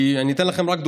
אני אתן לכם רק דוגמה.